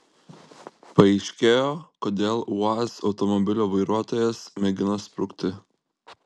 paaiškėjo kodėl uaz automobilio vairuotojas mėgino sprukti